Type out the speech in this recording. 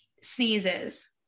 sneezes